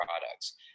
products